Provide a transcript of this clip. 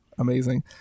amazing